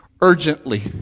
urgently